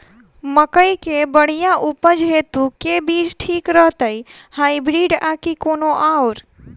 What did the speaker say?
मकई केँ बढ़िया उपज हेतु केँ बीज ठीक रहतै, हाइब्रिड आ की कोनो आओर?